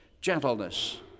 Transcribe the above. gentleness